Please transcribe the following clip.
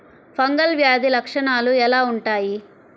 Fungal వ్యాధి లక్షనాలు ఎలా వుంటాయి?